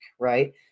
Right